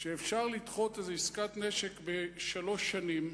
שאפשר לדחות איזו עסקת נשק בשלוש שנים.